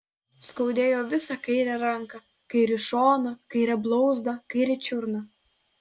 skaudėjo visą kairę ranką kairį šoną kairę blauzdą kairę čiurną